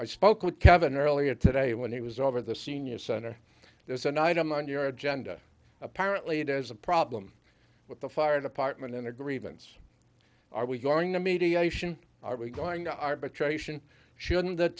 i spoke with kevin earlier today when he was over the senior center there's an item on your agenda apparently there's a problem with the fire department and the grievance are we going to mediation are we going to arbitration shouldn't th